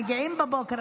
הם מגיעים בבוקר,